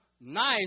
nice